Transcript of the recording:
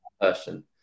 person